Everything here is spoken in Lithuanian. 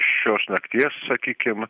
šios nakties sakykim